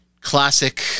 classic